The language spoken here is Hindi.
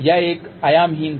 यह एक आयामहीन था